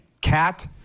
cat